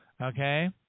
Okay